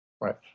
Right